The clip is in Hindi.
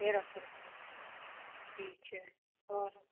तेरह सौ रुपये ठीक है और